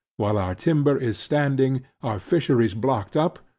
while our timber is standing, our fisheries blocked up,